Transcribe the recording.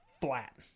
flat